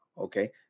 Okay